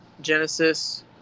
Genesis